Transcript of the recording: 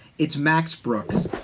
it's max brooks,